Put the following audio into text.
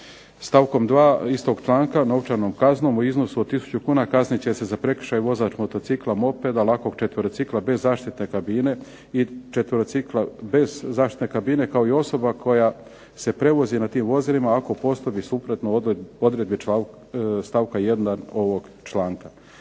Stavkom 2. istog članka novčanom kaznom u iznosu od 1000 kuna kaznit će se za prekršaj vozač motocikla, mopeda, lakog četverocikla bez zaštitne kabine i četverocikla bez zaštitne kabine, kao i osoba koja se prevozi na tim vozila ako …/Govornik se ne razumije./… suprotno odredbi stavka 1. ovog članka.